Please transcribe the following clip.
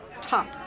top